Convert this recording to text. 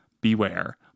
beware